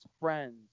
friends